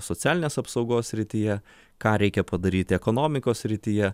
socialinės apsaugos srityje ką reikia padaryti ekonomikos srityje